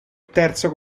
terzo